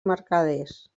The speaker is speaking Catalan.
mercaders